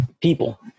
people